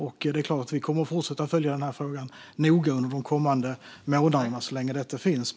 Vi kommer såklart att fortsätta följa frågan noga de kommande månaderna, så länge detta finns.